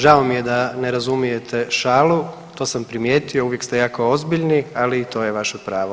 Žao mi je da ne razumijete šalu, to sam primijetio, uvijek ste jako ozbiljni ali to je vaše pravo.